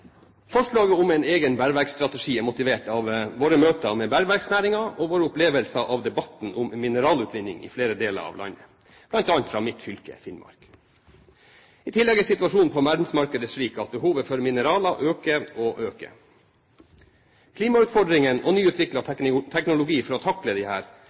Forslaget om en egen bergverksstrategi er motivert av våre møter med bergverksnæringen og av våre opplevelser av debatten om mineralutvinning i flere deler av landet, bl.a. fra mitt fylke Finnmark. I tillegg er situasjonen på verdensmarkedet slik at behovet for mineraler øker og øker. Klimautfordringen og nyutviklet teknologi for å takle